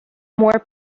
more